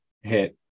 hit